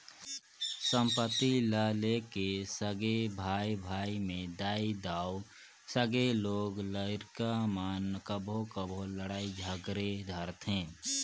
संपत्ति ल लेके सगे भाई भाई में दाई दाऊ, संघे लोग लरिका मन कभों कभों लइड़ झगेर धारथें